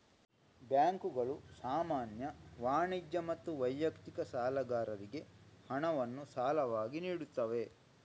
ಬ್ಯಾಂಕುಗಳು ಸಾಮಾನ್ಯ, ವಾಣಿಜ್ಯ ಮತ್ತು ವೈಯಕ್ತಿಕ ಸಾಲಗಾರರಿಗೆ ಹಣವನ್ನು ಸಾಲವಾಗಿ ನೀಡುತ್ತವೆ